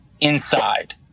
Inside